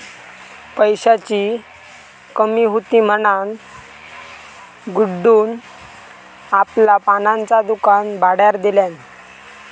पैशाची कमी हुती म्हणान गुड्डून आपला पानांचा दुकान भाड्यार दिल्यान